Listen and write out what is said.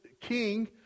king